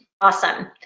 awesome